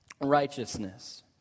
Righteousness